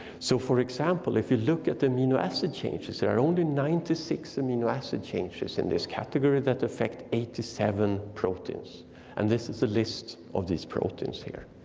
so for example, if you look at the amino acid changes there, only ninety six amino acid changes in this category that affect eighty seven proteins and this is a list of these proteins here.